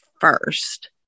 first